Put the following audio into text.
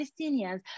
Palestinians